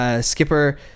Skipper